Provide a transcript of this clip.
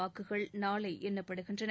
வாக்குகள் நாளை எணணப்படுகின்றன